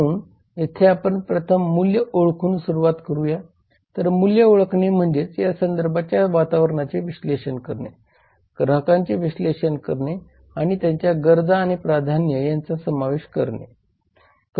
म्हणून येथे आपण प्रथम मूल्य ओळखून सुरुवात करूया तर मूल्य ओळखणे म्हणजे या संदर्भाच्या वातावरणाचे विश्लेषण करणे ग्राहकांचे विश्लेषण करणे आणि त्यांच्या गरजा आणि प्राधान्ये यांचा समावेश करणे आहे